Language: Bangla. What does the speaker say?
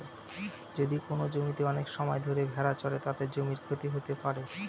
যদি কোনো জমিতে অনেক সময় ধরে ভেড়া চড়ে, তাতে জমির ক্ষতি হতে পারে